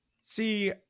see